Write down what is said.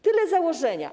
Tyle założenia.